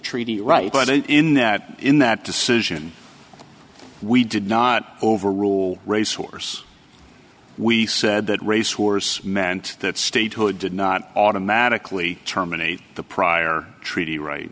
treaty right in that in that decision we did not overrule race horse we said that race wars meant that statehood did not automatically terminate the prior treaty right